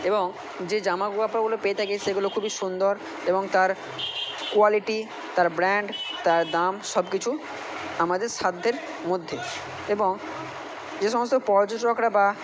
এবং যে জামা কাপড়গুলো পেয়ে থাকি সেগুলো খুবই সুন্দর এবং তার কোয়ালিটি তার ব্র্যান্ড তার দাম সব কিছু আমাদের সাধ্যের মধ্যে এবং যে সমস্ত পর্যটকরা বা